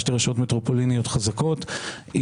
שתי רשויות מטרופוליניות חזקות,